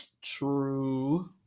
True